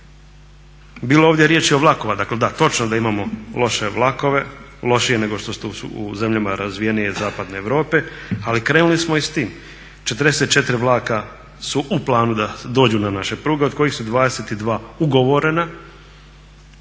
Bilo je ovdje riječi i o vlakovima. Dakle, da, točno je da imamo loše vlakove, lošije nego što su u zemljama razvijenije zapadne Europe ali krenuli smo i s time, 44 vlaka su u planu da dođu na naše pruge od kojih su 22 ugovorena